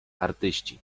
artyści